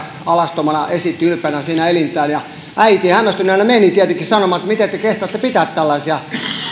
alastomana esitti ylpeänä elintään ja äiti hämmästyneenä meni tietenkin sanomaan että miten te kehtaatte pitää tällaisia